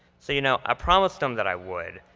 so you know, i promised em that i would,